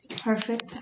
Perfect